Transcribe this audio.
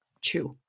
chew